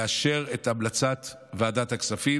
לאשר את המלצת ועדת הכספים.